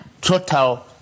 total